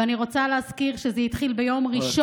ואני רוצה להזכיר שזה התחיל ביום ראשון,